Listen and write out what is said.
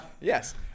Yes